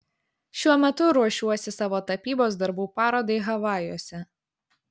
šiuo metu ruošiuosi savo tapybos darbų parodai havajuose